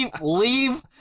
leave